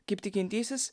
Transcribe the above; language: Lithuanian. kaip tikintysis